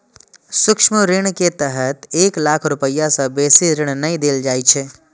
सूक्ष्म ऋण के तहत एक लाख रुपैया सं बेसी ऋण नै देल जाइ छै